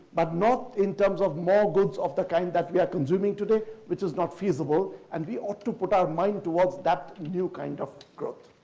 but not in terms of more goods of the kind that we are consuming today, which is not feasible. and we ought to put our mind towards that new kind of growth.